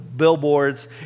Billboards